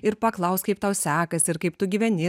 ir paklaus kaip tau sekasi ir kaip tu gyveni